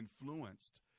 influenced